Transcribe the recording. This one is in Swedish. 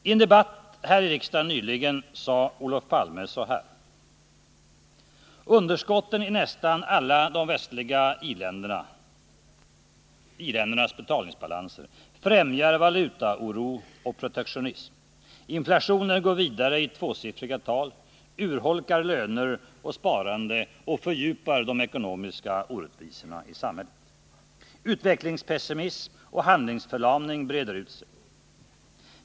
I en debatt nyligen här i riksdagen sade Olof Palme så här: ”Underskotten i nästan alla de västliga i-ländernas betalningsbalanser främjar valutaoro och protektionism. Inflationen går vidare i tvåsiffriga tal, urholkar löner och sparande och fördjupar de ekonomiska orättvisorna i samhället. Utvecklingspessimism och handlingsförlamning breder ut sig.